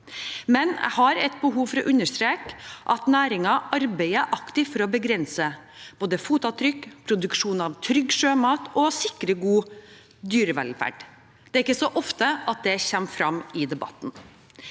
har jeg et behov for å understreke at næringen arbeider aktivt for å begrense fotavtrykk, produsere trygg sjømat og sikre god dyrevelferd. Det er ikke så ofte at det kommer frem i debatten.